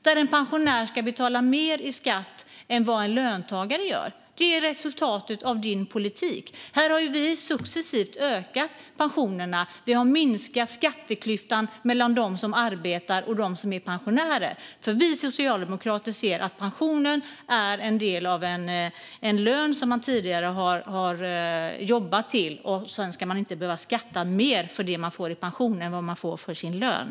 Att en pensionär ska betala mer i skatt än vad en löntagare gör är resultatet av Jan Ericsons politik. Vi har successivt ökat pensionerna. Vi har minskat skatteklyftan mellan dem som arbetar och dem som är pensionärer, för vi socialdemokrater ser att pensionen är en del av en lön som man tidigare har jobbat till. Man ska inte behöva skatta mer för det man får i pension än för det man får i lön.